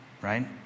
right